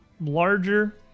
larger